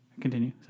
Continue